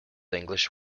english